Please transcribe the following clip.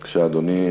בבקשה, אדוני.